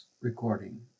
recording